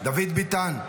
ביטן,